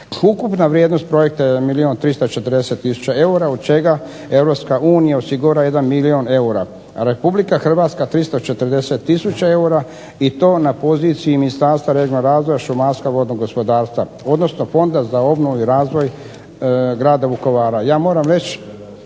Ukupna vrijednost projekta je milijun 340 tisuća eura, od čega Europska unija osigurava 1 milijun eura, a Republika Hrvatska 340 tisuća eura, i to na poziciji Ministarstva regionalnog razvoja, šumarstva, vodnog gospodarstva, odnosno Fonda za obnovu i razvoj grada Vukovara.